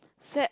sad